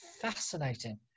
fascinating